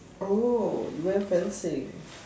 oh you went fencing